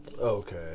Okay